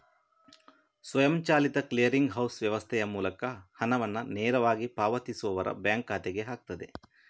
ಸ್ವಯಂಚಾಲಿತ clearing house ವ್ಯವಸ್ಥೆಯ ಮೂಲಕ ಹಣವನ್ನ ನೇರವಾಗಿ ಪಾವತಿಸುವವರ ಬ್ಯಾಂಕ್ ಖಾತೆಗೆ ಹಾಕ್ತದೆ